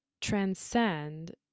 transcend